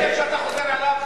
זה שקר שאתה חוזר עליו,